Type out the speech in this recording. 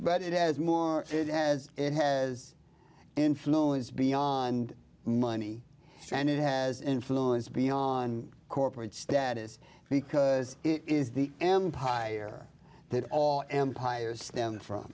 but it has more it has it has influence beyond money and it has influence beyond corporate status because it is the empire that all empires stem from